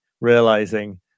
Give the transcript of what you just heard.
realizing